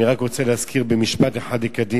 אני רק רוצה להזכיר במשפט אחד לקדימה: